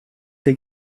der